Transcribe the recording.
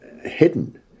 hidden